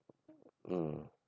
mmhmm